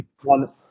one